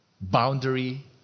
boundary